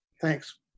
Thanks